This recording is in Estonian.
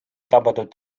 tabatud